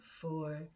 four